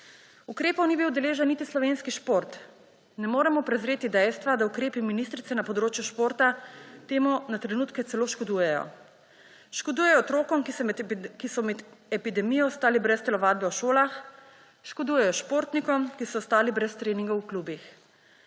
Ukrepov ni bil deležen niti slovenski šport. Ne moremo prezreti dejstva, da ukrepi ministrice na področju športa temu na trenutke celo škodujejo. Škodujejo otrokom, ki so med epidemijo ostali brez telovadbe v šolah, škodujejo športnikom, ki so ostali brez treningov v klubih.